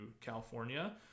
California